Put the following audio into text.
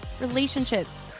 relationships